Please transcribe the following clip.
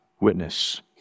witness